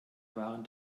waren